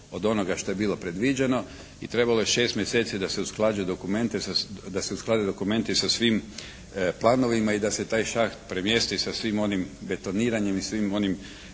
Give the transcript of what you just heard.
od onoga što je bilo predviđeno i trebalo je 6 mjeseci da se usklađuje dokumente, da se usklade dokumenti sa svim planovima i da se taj šaht premjesti sa svim onim betoniranjem i svim onim